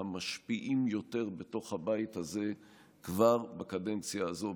המשפיעים יותר בתוך הבית הזה כבר בקדנציה הזאת,